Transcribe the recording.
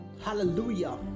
Hallelujah